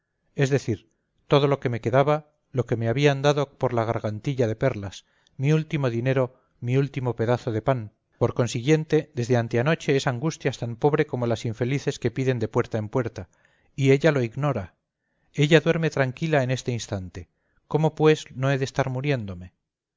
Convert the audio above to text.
es decir todo lo que me quedaba lo que me habían dado por la gargantilla de perlas mi último dinero mi último pedazo de pan por consiguiente desde anteanoche es angustias tan pobre como las infelices que piden de puerta en puerta y ella lo ignora ella duerme tranquila en este instante cómo pues no he de estar muriéndome